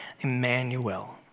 Emmanuel